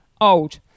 old